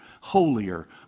holier